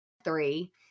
three